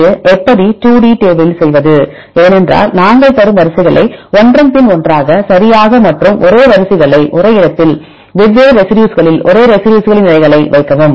இந்த எப்படி 2 D டேபிளில் செய்வது ஏனென்றால் நாங்கள் தரும் வரிசைகளை ஒன்றன் பின் ஒன்றாக சரியாக மற்றும் ஒரே வரிசைகளை ஒரே இடத்தில் வெவ்வேறு ரெசிடியூஸ்களில் ஒரே ரெசிடியூஸ்களின் நிலைகளில் வைக்கவும்